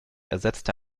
ersetzte